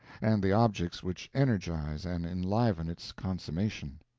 and the objects which energize and enliven its consummation.